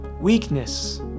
Weakness